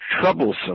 troublesome